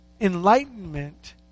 Enlightenment